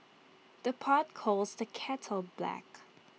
the pot calls the kettle black